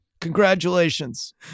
Congratulations